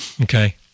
Okay